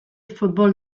futbol